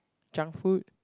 junk food